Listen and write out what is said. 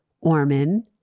Orman